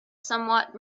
somewhat